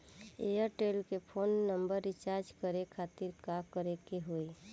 Airtel के phone number recharge करे के खातिर का करे के होई?